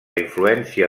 influència